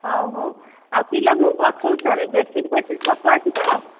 ହଉ ହଉ ଆଉ ପିଲାଙ୍କୁ ମୁଁ ପଠାଉଛି ସାର୍ ବେଡ଼୍ସିଟ୍ ଫେଡ଼୍ସିଟ୍ ସଫା ଅଛି ତ